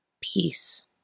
peace